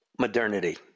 modernity